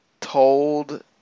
told